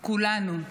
כולנו.